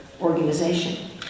organization